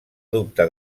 dubta